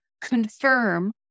confirm